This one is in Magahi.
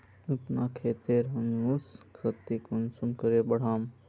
अपना खेतेर ह्यूमस शक्ति कुंसम करे बढ़ाम?